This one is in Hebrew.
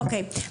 אוקי,